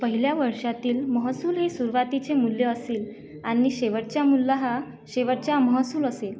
पहिल्या वर्षातील महसूल हे सुरुवातीचे मूल्य असेल आणि शेवटच्या मूल्य हा शेवटचा महसूल असेल